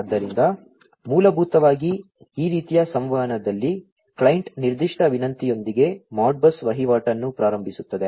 ಆದ್ದರಿಂದ ಮೂಲಭೂತವಾಗಿ ಈ ರೀತಿಯ ಸಂವಹನದಲ್ಲಿ ಕ್ಲೈಂಟ್ ನಿರ್ದಿಷ್ಟ ವಿನಂತಿಯೊಂದಿಗೆ ಮಾಡ್ಬಸ್ ವಹಿವಾಟನ್ನು ಪ್ರಾರಂಭಿಸುತ್ತದೆ